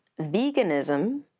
veganism